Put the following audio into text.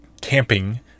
camping